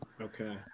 Okay